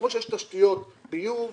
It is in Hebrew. כמו שיש תשתיות ביוב,